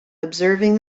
observing